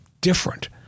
different